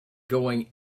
going